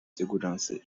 segurança